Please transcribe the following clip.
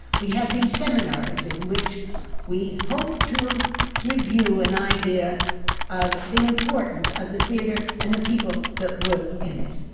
we have these seminars, in which we hope to um give you an idea of the importance of the theatre and the people that work in it.